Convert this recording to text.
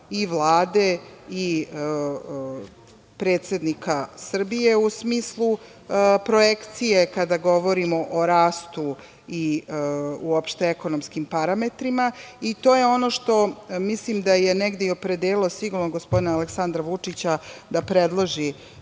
Vlade i predsednika Srbije u smislu projekcije kada govorimo o rastu i uopšte ekonomskim parametrima. To je ono što mislim da je negde i opredelilo sigurno gospodina Aleksandra Vučića da predloži